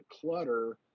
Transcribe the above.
clutter